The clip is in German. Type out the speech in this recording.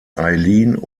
eileen